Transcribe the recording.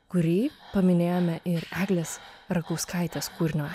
kurį paminėjome ir eglės rakauskaitės kūrinio